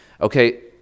Okay